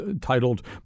titled